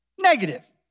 negative